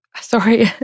sorry